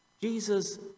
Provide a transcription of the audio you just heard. Jesus